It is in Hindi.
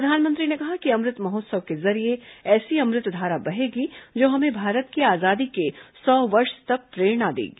प्रधानमंत्री ने कहा कि अमृत महोत्सव के जरिये ऐसी अमृतधारा बहेगी जो हमें भारत की आजादी के सौ वर्ष तक प्रेरणा देगी